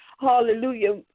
hallelujah